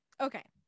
Okay